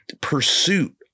pursuit